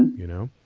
you know,